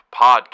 Podcast